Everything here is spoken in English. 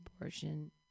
abortion